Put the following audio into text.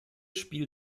spielt